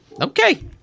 Okay